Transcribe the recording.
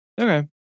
Okay